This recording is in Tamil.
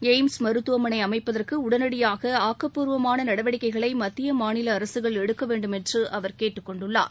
எய்ம்ஸ் மருத்துவமனை அமைப்பதற்கு உடனடியாக ஆக்கப்பூர்வமான நடவடிக்கைகளை மத்திய மாநில அரசுகள் எடுக்க வேண்டுமென்று அவர் கேட்டுக் கொண்டுள்ளார்